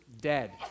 dead